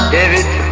David